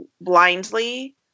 blindly